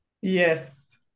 Yes